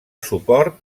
suport